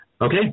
Okay